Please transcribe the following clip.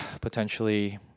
potentially